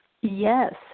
Yes